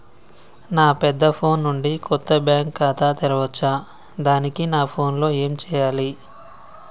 నా పెద్ద ఫోన్ నుండి కొత్త బ్యాంక్ ఖాతా తెరవచ్చా? దానికి నా ఫోన్ లో ఏం చేయాలి?